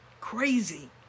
Crazy